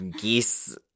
Geese